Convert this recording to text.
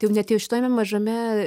tai jau net jau šitame mažame